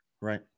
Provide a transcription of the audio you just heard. Right